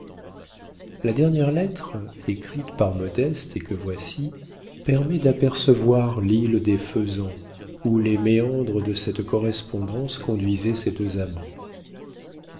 la dernière lettre écrite par modeste et que voici permet d'apercevoir l'île des faisans où les méandres de cette correspondance conduisaient ces deux amants